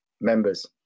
members